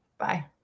bye